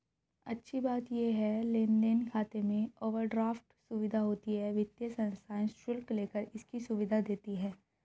अच्छी बात ये है लेन देन खाते में ओवरड्राफ्ट सुविधा होती है वित्तीय संस्थाएं शुल्क लेकर इसकी सुविधा देती है